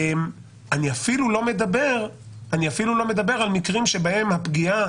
אני אפילו לא מדבר על מקרים שבהם הפגיעה